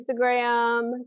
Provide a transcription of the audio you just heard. Instagram